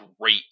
great